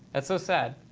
that's so sad.